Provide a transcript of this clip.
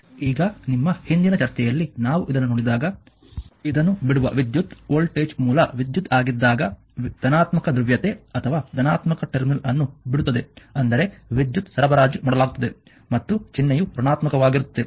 ಈಗ ನಮ್ಮ ಹಿಂದಿನ ಚರ್ಚೆಯಲ್ಲಿ ನಾವು ಇದನ್ನು ನೋಡಿದಾಗ ಇದನ್ನು ಬಿಡುವ ವಿದ್ಯುತ್ ವೋಲ್ಟೇಜ್ ಮೂಲ ವಿದ್ಯುತ್ ಆಗಿದ್ದಾಗ ಧನಾತ್ಮಕ ಧ್ರುವೀಯತೆ ಅಥವಾ ಧನಾತ್ಮಕ ಟರ್ಮಿನಲ್ ಅನ್ನು ಬಿಡುತ್ತದೆ ಅಂದರೆ ವಿದ್ಯುತ್ ಸರಬರಾಜು ಮಾಡಲಾಗುತ್ತದೆ ಮತ್ತು ಚಿಹ್ನೆಯು ಋಣಾತ್ಮಕವಾಗಿರುತ್ತದೆ